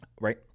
right